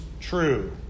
true